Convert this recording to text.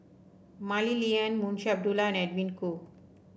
Mah Li Lian Munshi Abdullah and Edwin Koo